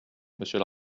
monsieur